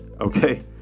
okay